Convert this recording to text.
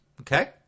okay